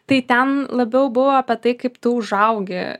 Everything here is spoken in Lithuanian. tai ten labiau buvo apie tai kaip tu užaugi